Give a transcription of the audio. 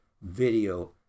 video